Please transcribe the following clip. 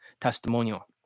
testimonial